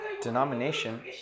denomination